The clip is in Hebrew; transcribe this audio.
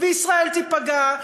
וישראל תיפגע.